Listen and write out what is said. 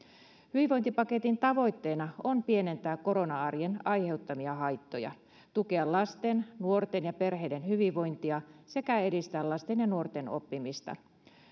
hyvinvointipaketin tavoitteena on pienentää korona arjen aiheuttamia haittoja tukea lasten nuorten ja perheiden hyvinvointia sekä edistää lasten ja nuorten oppimista